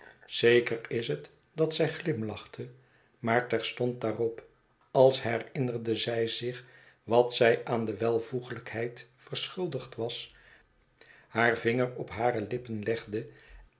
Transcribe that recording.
zeker is het dat zij glimlachte maar terstond daarop als herinnerde zij zich wat zij aan de welvoeglijkheid verschuldigd was haar vinger op hare lippen legde